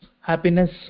happiness